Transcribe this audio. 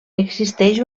existeix